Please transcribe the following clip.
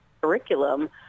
curriculum